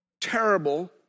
terrible